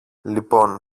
λοιπόν